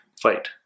fight